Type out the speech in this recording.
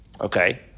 okay